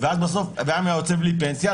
ואז בסוף אדם היה יוצא בלי פנסיה,